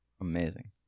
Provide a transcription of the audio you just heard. Amazing